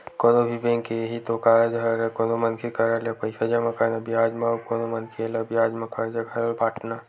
कोनो भी बेंक के इहीं तो कारज हरय कोनो मनखे करा ले पइसा जमा करना बियाज म अउ कोनो मनखे ल बियाज म करजा घलो बाटना